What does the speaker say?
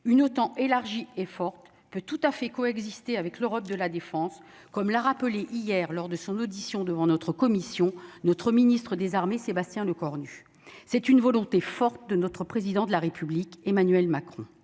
une OTAN élargie et forte peut tout à fait co-exister avec l'Europe de la défense, comme l'a rappelé hier, lors de son audition devant notre commission, notre ministre des armées, Sébastien Lecornu, c'est une volonté forte de notre président de la République, Emmanuel Macron,